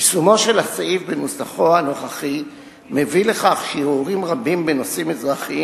יישומו של הסעיף בנוסחו הנוכחי מביא לכך שערעורים רבים בנושאים אזרחיים,